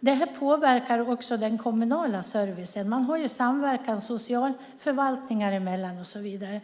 Det här påverkar också den kommunala servicen. Man har samverkan socialförvaltningar emellan och så vidare.